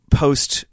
post